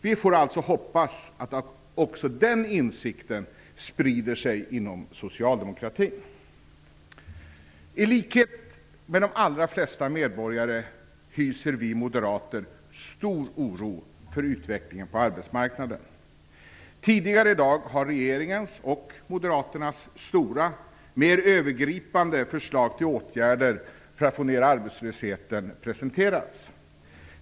Vi får alltså hoppas att också den insikten sprider sig inom socialdemokratin. I likhet med de allra flesta medborgare hyser vi moderater stor oro för utvecklingen på arbetsmarknaden. Tidigare i dag har regeringens och Moderaternas stora, mer övergripande förslag till åtgärder för att få ned arbetslösheten presenterats.